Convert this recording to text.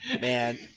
Man